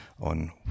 on